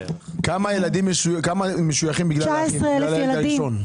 כמה ילדים משויכים בגלל הילד הראשון?